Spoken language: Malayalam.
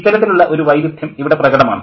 ഇത്തരത്തിലുള്ള ഒരു വൈരുദ്ധ്യം ഇവിടെ പ്രകടമാണ്